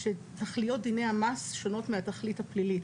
זה שתכליות דיני המס שונות מהתכלית הפלילית.